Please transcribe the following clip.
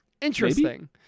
Interesting